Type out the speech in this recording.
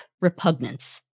repugnance